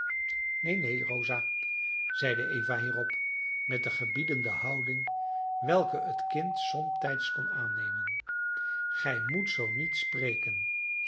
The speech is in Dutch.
neen neen rosa zeide eva hierop met de gebiedende houding welke het kind somtijds kon aannemen gij moet zoo niet spreken